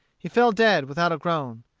he fell dead, without a groan.